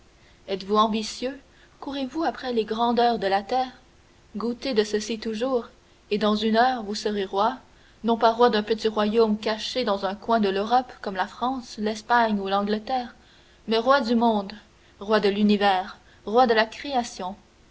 êtes-vous ambitieux courez-vous après les grandeurs de la terre goûtez de ceci toujours et dans une heure vous serez roi non pas roi d'un petit royaume caché dans un coin de l'europe comme la france l'espagne ou l'angleterre mais roi du monde roi de l'univers roi de la création